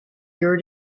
your